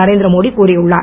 நரேந்திர மோடி கூறியுள்ளார்